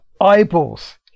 eyeballs